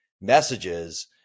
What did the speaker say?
messages